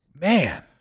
Man